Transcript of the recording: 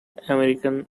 american